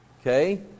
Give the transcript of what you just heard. Okay